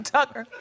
Tucker